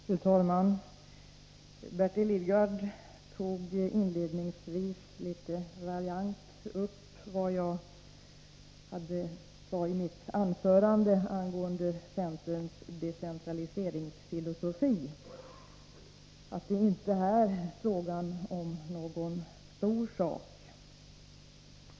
Fru talman! Bertil Lidgard tog inledningsvis litet raljant upp vad jag sade i mitt anförande angående centerns decentraliseringsfilosofi och sade att det inte är fråga om någon stor sak.